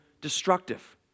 destructive